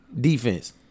Defense